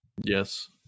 Yes